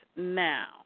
now